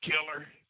killer